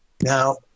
Now